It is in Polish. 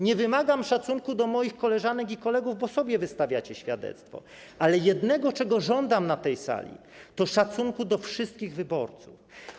Nie wymagam szacunku do moich koleżanek i kolegów, bo wystawiacie świadectwo sobie, ale jedno, czego żądam na tej sali, to szacunek do wszystkich wyborców.